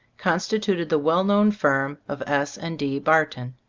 constituted the well known firm of s. and d. barton,